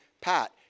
Pat